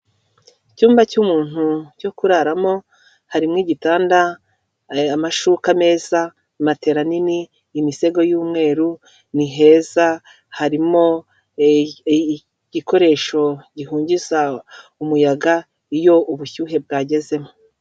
Icyumba cy'umuntu cyo kuraramo, harimo igitanda, amashuka meza, matera nini, imisego y'umweru, ni heza harimo igikoresho gihugiza umuyaga iyo ubushyuhe bwagezemo.